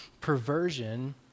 perversion